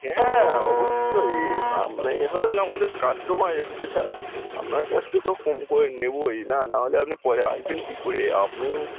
হ্যাঁ অবশ্যই আপনি হলেন আমাদের কাস্টমার স্পেশাল আপনার কাছ থেকে তো কম করে নেবোই না না হলে আপনি পরে আসবেন কী করে আপনি